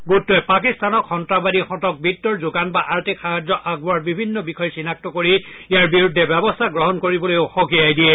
গোটটোৱে পাকিস্তানক সন্তাসবাদীহঁতক বিত্ত যোগান বা আৰ্থিক সাহায্য আগবঢ়োৱাৰ বিভিন্ন বিষয় চিনাক্ত কৰি ইয়াৰ বিৰুদ্ধে ব্যৱস্থা গ্ৰহণ কৰিবলৈ সকীয়াই দিয়ে